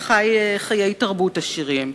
וחי חיי תרבות עשירים,